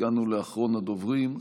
הגענו לאחרון הדוברים,